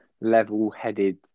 level-headed